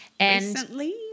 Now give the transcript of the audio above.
Recently